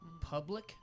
Public